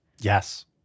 Yes